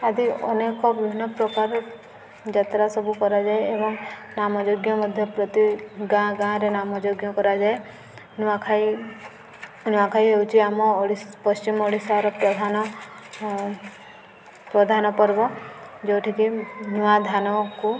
ଆଦି ଅନେକ ବିଭିନ୍ନ ପ୍ରକାର ଯାତ୍ରା ସବୁ କରାଯାଏ ଏବଂ ନାମ ଯଜ୍ଞ ମଧ୍ୟ ପ୍ରତି ଗାଁ ଗାଁରେ ନାମ ଯଜ୍ଞ କରାଯାଏ ନୂଆଖାଇ ନୂଆଖାଇ ହେଉଛି ଆମ ଓଡ଼ିଶ ପଶ୍ଚିମ ଓଡ଼ିଶାର ପ୍ରଧାନ ପ୍ରଧାନ ପର୍ବ ଯେଉଁଠିକି ନୂଆ ଧାନକୁ